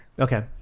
Okay